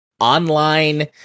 online